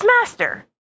master